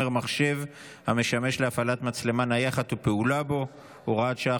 מחשב המשמש להפעלת מצלמה נייחת ופעולה בו (הוראת שעה,